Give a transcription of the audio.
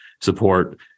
support